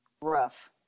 Rough